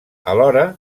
alhora